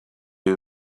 you